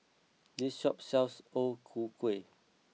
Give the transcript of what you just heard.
this shop sells O Ku Kueh